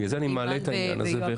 בגלל זה אני מעלה את העניין הזה.